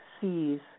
sees